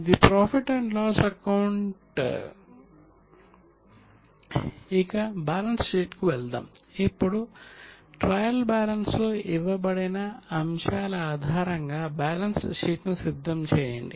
ఇది profit and loss account లో ఇవ్వబడిన అంశాల ఆధారంగా బ్యాలెన్స్ షీట్ ను సిద్ధం చేయండి